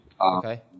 Okay